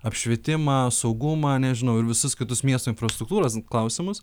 apšvietimą saugumą nežinau ir visus kitus miesto infrastruktūros klausimus